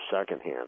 secondhand